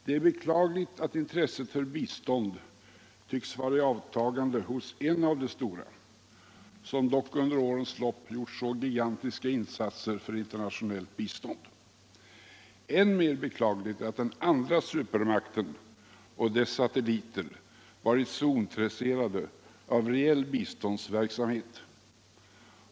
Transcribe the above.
Det är beklagligt att intresset för bistånd tycks vara i avtagande hos en av de stora som dock under årens lopp gjort så gigantiska insatser för internationellt bistånd. Än mer beklagligt är att den andra supermakten och dess satelliter hela tiden varit så ointresserade av reell biståndsverksamhet.